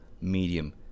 medium